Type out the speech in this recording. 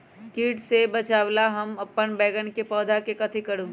किट से बचावला हम अपन बैंगन के पौधा के कथी करू?